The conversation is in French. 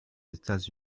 états